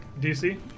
DC